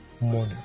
money